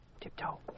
Tiptoe